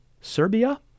Serbia